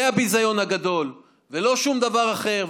זה הביזיון הגדול, ולא שום דבר אחר.